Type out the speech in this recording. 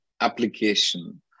application